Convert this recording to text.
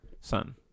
Son